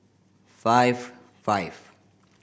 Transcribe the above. five five